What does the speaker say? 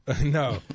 No